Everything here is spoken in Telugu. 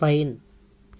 ఫైన్